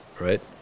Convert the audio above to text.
right